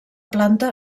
planta